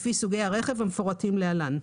לפי סוגי הרכב המפורטים להלן: